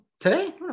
Today